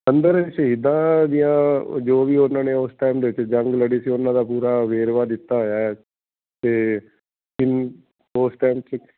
ਅੰਦਰ ਸ਼ਹੀਦਾਂ ਦੀਆਂ ਜੋ ਵੀ ਉਹਨਾਂ ਨੇ ਉਸ ਟਾਈਮ ਦੇ ਵਿੱਚ ਜੰਗ ਲੜੀ ਸੀ ਉਹਨਾਂ ਦਾ ਪੂਰਾ ਵੇਰਵਾ ਦਿੱਤਾ ਹੋਇਆ ਅਤੇ ਉਸ ਟਾਈਮ 'ਚ